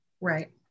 Right